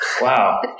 wow